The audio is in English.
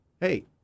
hey